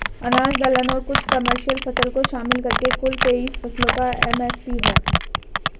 अनाज दलहन और कुछ कमर्शियल फसल को शामिल करके कुल तेईस फसलों का एम.एस.पी है